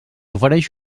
ofereix